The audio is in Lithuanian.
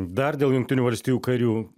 dar dėl jungtinių valstijų karių